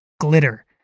glitter